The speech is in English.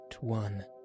one